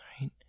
right